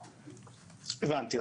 הבנתי.